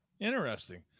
Interesting